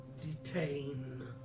Detain